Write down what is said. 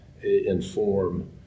inform